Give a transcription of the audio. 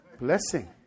blessing